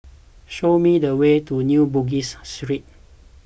show me the way to New Bugis Street